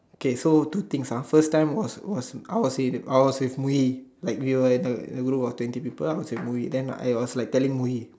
K so two things ah first time was was I was in I was with Moo-Yee like we were at the in a group of twenty people I was with Moo-Yee then I was telling Moo-Yee